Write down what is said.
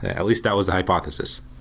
at least that was the hypothesis.